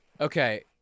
Okay